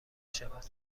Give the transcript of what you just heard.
شود